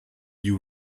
you